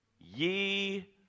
Ye